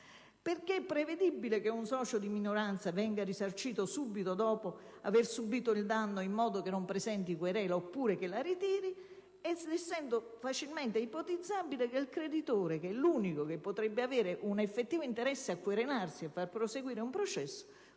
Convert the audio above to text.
perché è prevedibile che un socio di minoranza venga risarcito subito dopo aver subito il danno in modo che non presenti querela oppure che la ritiri, ed essendo facilmente ipotizzabile che il creditore, che è l'unico che potrebbe avere un effettivo interesse a querelare e far proseguire un processo,